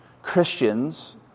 Christians